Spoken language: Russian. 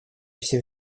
все